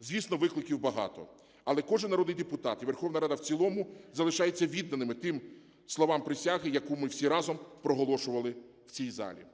Звісно, викликів багато, але кожен народний депутат і Верховна Рада в цілому залишаються відданими тим словам присяги, яку ми всі разом проголошували в цій залі.